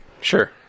Sure